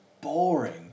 boring